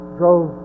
drove